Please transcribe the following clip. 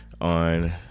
on